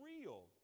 real